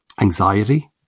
anxiety